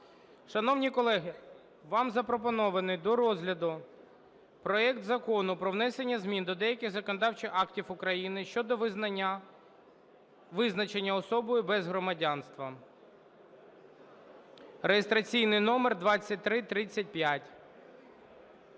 Шановні колеги, вам запропонований до розгляду проект Закону про внесення змін до деяких законодавчих актів України щодо визнання… визначення особою без громадянства (реєстраційний номер 2335).